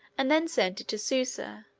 and then sent it to susa,